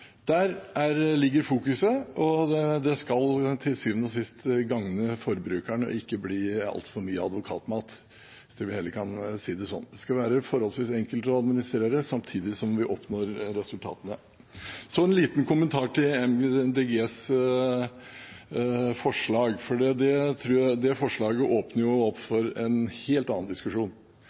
ligger fokuset. Det skal til syvende og sist gagne forbrukerne og ikke bli altfor mye advokatmat – jeg tror vi heller kan si det sånn. Det skal være forholdsvis enkelt å administrere samtidig som vi oppnår resultatene. Så en liten kommentar til Miljøpartiet De Grønnes forslag, for det forslaget åpner jo opp for en helt annen diskusjon.